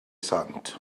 sant